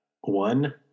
one